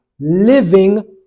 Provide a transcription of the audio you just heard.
living